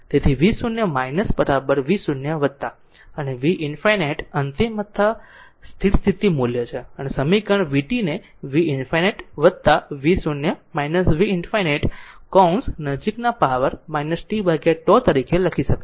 તેથી v0 v0 અને v ∞ અંતિમ અથવા સ્થિર સ્થિતિ મૂલ્ય છે તેથી આ સમીકરણ vt ને v ∞ v0 v ∞ કૌંસ નજીકના પાવર tτ તરીકે લખી શકાય છે